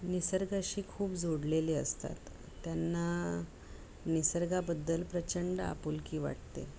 निसर्ग अशी खूप जोडलेली असतात त्यांना निसर्गाबद्दल प्रचंड आपुलकी वाटते